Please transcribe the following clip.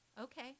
okay